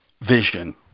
vision